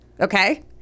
okay